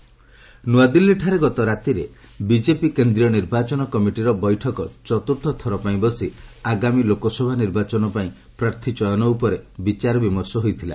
BJP CEC meeting ନ୍ନଆଦିଲ୍ଲୀଠାରେ ଗତରାତିରେ BJP କେନ୍ଦ୍ରୀୟ ନିର୍ବାଚନ କମିଟିର ବୈଠକ ଚତୁର୍ଥ ଥର ପାଇଁ ବସି ଆଗାମୀ ଲୋକସଭା ନିର୍ବାଚନ ପାଇଁ ପ୍ରାର୍ଥୀ ଚୟନ ଉପରେ ବିଚାର ବିମର୍ଶ ହୋଇଥିଲା